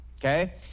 Okay